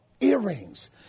Earrings